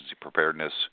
preparedness